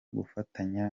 gufatanya